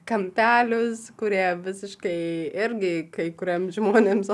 kampelius kurie visiškai irgi kai kuriems žmonėms